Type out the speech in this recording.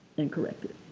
and correct it,